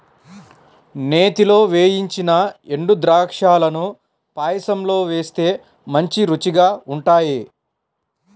నేతిలో వేయించిన ఎండుద్రాక్షాలను పాయసంలో వేస్తే మంచి రుచిగా ఉంటాయి